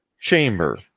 chamber